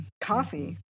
Coffee